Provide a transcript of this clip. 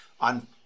On